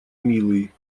милый